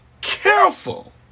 careful